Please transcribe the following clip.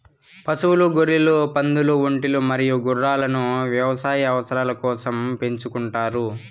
పశువులు, గొర్రెలు, పందులు, ఒంటెలు మరియు గుర్రాలను వ్యవసాయ అవసరాల కోసం పెంచుకుంటారు